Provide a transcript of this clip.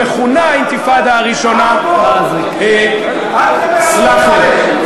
המכונה, הברברים הם עם טוב,